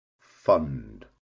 fund